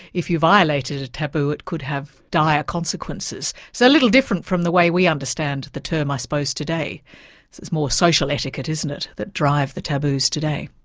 if you violated a taboo, it could have dire consequences so a little different from the way we understand the term i suppose today. it's it's more social etiquette isn't it that drive the taboos today.